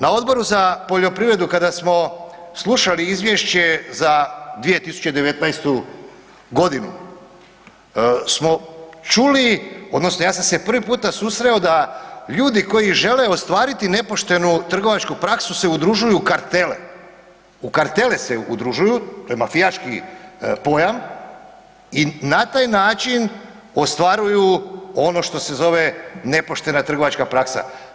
Na Odboru za poljoprivredu kada smo slušali izvješće za 2019.g. smo čuli odnosno ja sam se prvi puta susreo da ljudi koji žele ostvariti nepoštenu trgovačku praksu se udružuju u kartele u kartele se udružuju, to je mafijaški pojam i na taj način ostvaruju ono što se zove nepoštena trgovačka praksa.